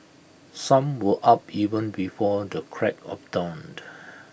some were up even before the crack of dawned